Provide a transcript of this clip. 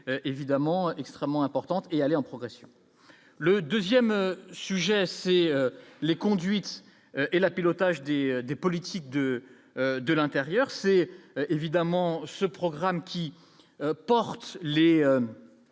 évidemment extrêmement importante et aller en progression, le 2ème sujet c'est les conduites et la pilotage des des politiques de de l'intérieur, c'est évidemment ce programme qui porte les